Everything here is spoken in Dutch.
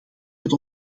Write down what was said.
met